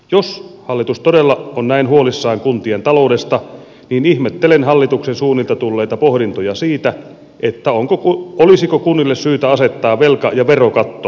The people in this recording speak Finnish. jos hallitus todella on näin huolissaan kuntien taloudesta ihmettelen hallituksen suunnilta tulleita pohdintoja siitä olisiko kunnille syytä asettaa velka ja verokatto